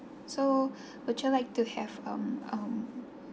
so would you like to have um um